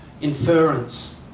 inference